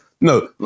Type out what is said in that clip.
no